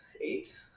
Eight